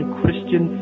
Christian